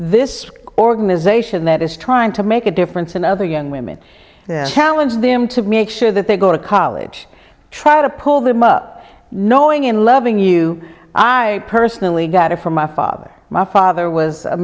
this organization that is trying to make a difference in other young women challenge them to make sure that they go to college try to pull them up knowing in loving you i personally got it from my father my father was a